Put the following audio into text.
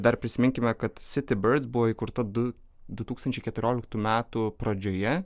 dar prisiminkime kad citybirds buvo įkurta du du tūkstančiai keturioliktų metų pradžioje